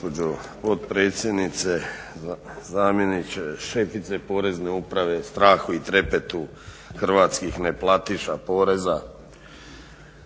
potpredsjednice, zamjeniče, šefice Porezne uprave strahu i trepetu hrvatskih ne platiša poreza.